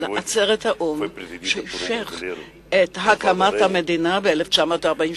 עצרת האו"ם שאישר את הקמת המדינה ב-1948,